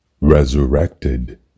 resurrected